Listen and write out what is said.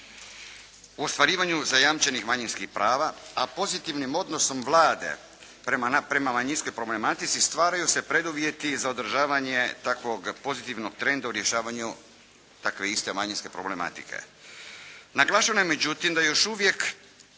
u ostvarivanju zajamčenih manjinskih prava a pozitivnim odnosom Vlade prema manjinskoj problematici stvaraju se preduvjeti za održavanje takvog pozitivnog trenda u rješavanju takve iste manjinske problematike. Naglašeno je međutim da je još uvijek